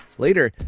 later,